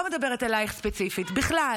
לא מדברת אליך ספציפית, בכלל.